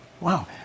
wow